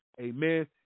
amen